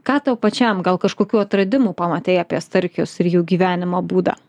ką tau pačiam gal kažkokių atradimų pamatei apie starkius ir jų gyvenimo būdą